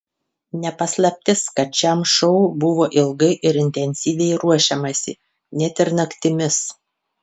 ne paslaptis kad šiam šou buvo ilgai ir intensyviai ruošiamasi net ir naktimis